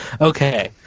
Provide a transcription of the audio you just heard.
Okay